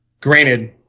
Granted